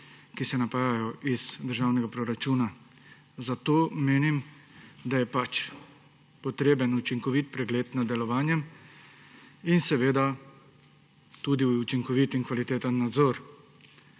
ki se napajajo iz slovenskega državnega proračuna. Zato menim, da je potreben učinkovit pregled nad delovanjem in tudi učinkovit in kvaliteten nadzor.